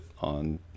on